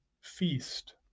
feast